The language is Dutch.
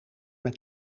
met